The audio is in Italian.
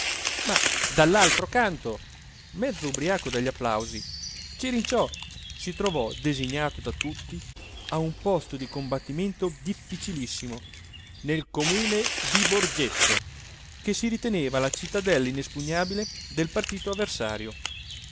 ma dallaltro canto mezzo ubriacato dagli applausi cirinciò si trovò designato da tutti a un posto di combatti mento difficilissimo nel comune di borgetto che si riteneva la cittadella inespugnabile del partito avversario